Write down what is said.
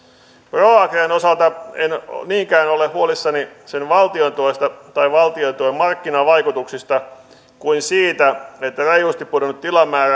proagrian osalta en niinkään ole huolissani sen valtiontuesta tai valtiontuen markkinavaikutuksista vaan siitä että reilusti pudonnut tilamäärä